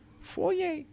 foyer